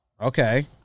Okay